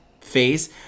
face